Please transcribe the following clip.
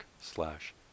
slash